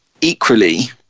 Equally